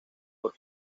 por